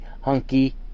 hunky